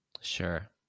Sure